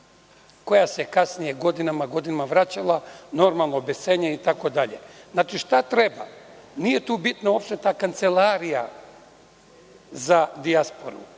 koja se kasnije godinama vraćala normalno u bescenje itd. Znači, šta treba? Nije tu bitna uopšte ta kancelarija za dijasporu,